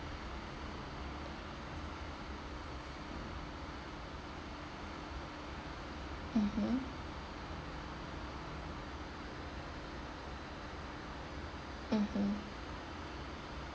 mmhmm mmhmm